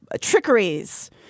trickeries